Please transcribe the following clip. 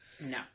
No